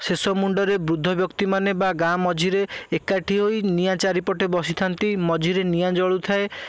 ଶେଷ ମୁଣ୍ଡରେ ବୃଦ୍ଧ ବ୍ୟକ୍ତିମାନେ ବା ଗାଁ ମଝିରେ ଏକାଠି ହୋଇ ନିଆଁ ଚାରିପଟେ ବସିଥାନ୍ତି ମଝିରେ ନିଆଁ ଜଳୁଥାଏ